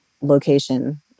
location